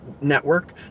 network